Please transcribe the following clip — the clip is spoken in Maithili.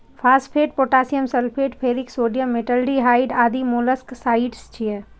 phosphate, potassium sulphate, ferric sodium, metaldehyde आदि मोलस्कसाइड्स छियै